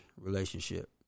relationship